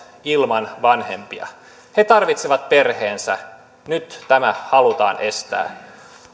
ilman vanhempia tulevat he tarvitsevat perheensä nyt tämä halutaan estää